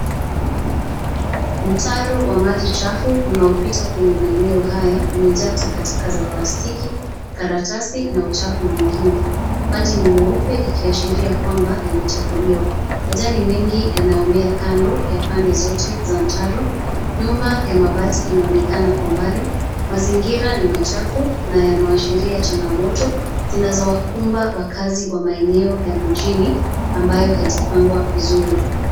Mtaro wa maji machafu unaopita kwenye maeneo haya umeja takataka za plastiki(cs), karatasi na uchafu mwingine. Maji ni meupe ikiashiria ya kwamba yamechafuliwa. Majani mengi yanamea kando ya pande zote za mtaro. Nyumba ya mabati inaonekana kwa mbali. Mazingira ni machafu na yanaashiria changamoto zinazowakumba wakaazi wa maeneo ya mjini ambayo hayajapangwa vizuri.